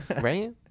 right